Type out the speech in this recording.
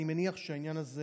אני מניח שהעניין הזה